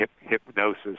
Hypnosis